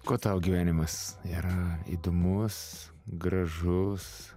ko tau gyvenimas yra įdomus gražus